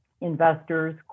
investors